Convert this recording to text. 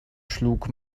schlug